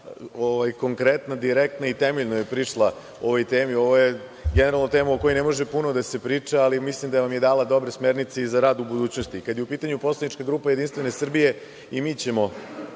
konkretna, direktna i temeljno je prišla ovoj temi. Ovo generalno tema o kojoj ne može puno da se priča, ali mislim da vam je dala dobre smernice i za rad u budućnosti. Kada je u pitanju poslanička grupa JS, i mi ćemo,